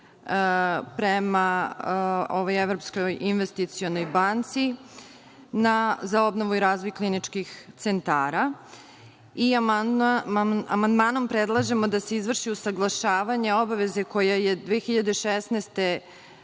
prema ovoj Evropskoj investicionoj banci za obnovu i razvoj kliničkih centara. Amandmanom predlažemo da se izvrši usaglašavanje obaveze koja je 2016.